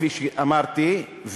כפי שאמרתי,